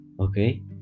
okay